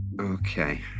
Okay